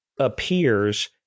appears